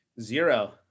Zero